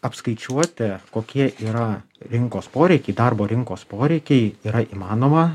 apskaičiuoti kokie yra rinkos poreikiai darbo rinkos poreikiai yra įmanoma